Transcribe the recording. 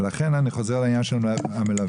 לכן אני חזור לעניין של המלווה.